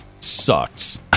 sucks